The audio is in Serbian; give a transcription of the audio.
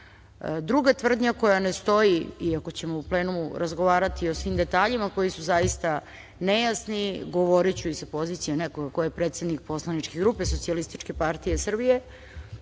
štetu. Druga tvrdnja koja ne stoji, iako ćemo u plenumu razgovarati o svim detaljima koji su zaista nejasni, govoriću i sa pozicije nekoga ko je predsednik poslaničke grupe SPS, zato što